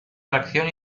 tracción